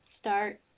Start